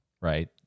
right